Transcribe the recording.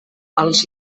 els